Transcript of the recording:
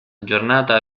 giornata